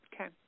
Okay